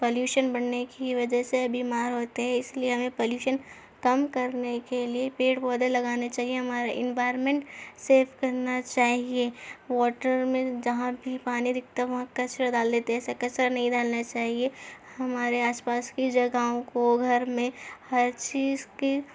pollution بڑھنے کی وجہ سے بیمار ہوتے ہیں اس لیے ہمیں پولیوشن کم کرنے کے لیے پیڑ پودے لگانے چاہئیں ہمارے انوائرمنٹ سیو کرنا چاہیے واٹر میں جہاں بھی پانی دکھتا وہاں کچڑا ڈال دیتے ہیں ایسے کچڑا نہیں ڈالنا چاہیے ہمارے آس پاس کی جگاہوں کو گھر میں ہر چیز کی